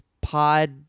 pod